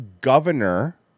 governor